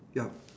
yup